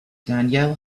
danielle